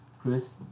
Chris